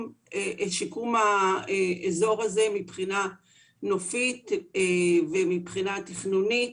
האזור הזה מבחינה נופית ומבחינה תכנונית,